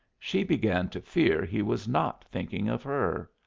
she began to fear he was not thinking of her.